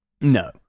No